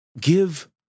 Give